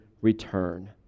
return